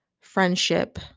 friendship